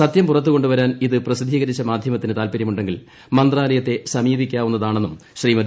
സത്യം പുറത്തു കൊണ്ടു വരാൻ ഇതു പ്രസിദ്ധീകരിച്ച മാധ്യമത്തിനു താല്പര്യമുണ്ടെങ്കിൽ മന്ത്രാലയത്തെ സമീപിക്കാവുന്നതാണെന്നും ശ്രീമതി